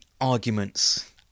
arguments